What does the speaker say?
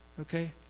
okay